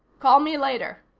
call me later,